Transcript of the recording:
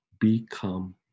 become